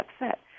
upset